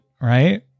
right